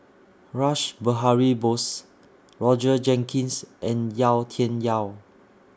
Rash Behari Bose Roger Jenkins and Yau Tian Yau